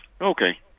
Okay